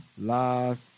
live